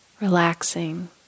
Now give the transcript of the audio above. relaxing